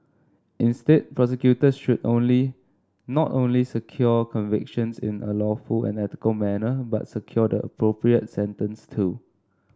instead prosecutors should only not only secure convictions in a lawful and ethical manner but secure the appropriate sentence too